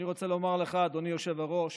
אני רוצה לומר לך אדוני היושב-ראש,